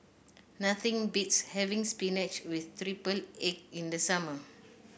nothing beats having spinach with triple egg in the summer